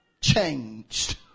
changed